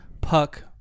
puck